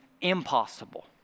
impossible